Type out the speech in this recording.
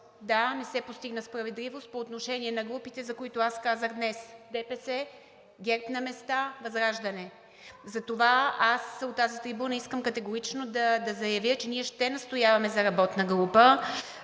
Да, не се постигна справедливост по отношение на групите, за които аз казах днес – ДПС, ГЕРБ на места, ВЪЗРАЖДАНЕ. Затова аз от тази трибуна искам категорично да заявя, че ние ще настояваме за работна група,